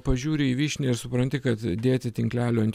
pažiūri į vyšnią ir supranti kad dėti tinklelio ant